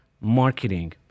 marketing